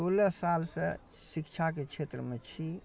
सोलह सालसँ शिक्षाके क्षेत्रमे छी